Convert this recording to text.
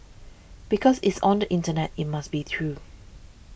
because it's on the internet it must be true